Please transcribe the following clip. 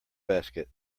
basket